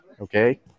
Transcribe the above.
okay